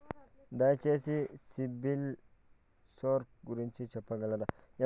దయచేసి సిబిల్ స్కోర్ గురించి చెప్పగలరా?